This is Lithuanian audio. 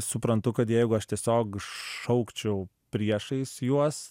suprantu kad jeigu aš tiesiog šaukčiau priešais juos